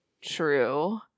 true